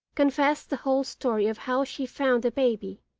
confessed the whole story of how she found the baby,